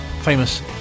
famous